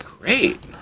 great